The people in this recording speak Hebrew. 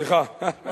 סליחה.